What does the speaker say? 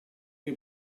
che